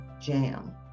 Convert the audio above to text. jam